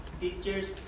teachers